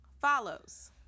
follows